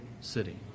city